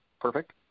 Perfect